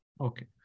Okay